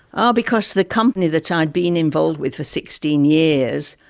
ah because the company that i'd been involved with for sixteen years,